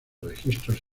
registros